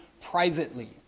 privately